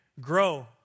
grow